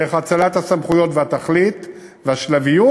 דרך האצלת הסמכויות והתכלית והשלביות,